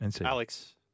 Alex